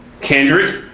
Kendrick